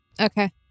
Okay